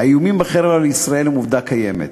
האיומים בחרם על ישראל הם עובדה קיימת.